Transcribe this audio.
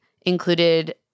included